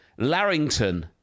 Larrington